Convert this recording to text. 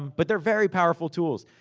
but they're very powerful tools.